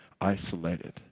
isolated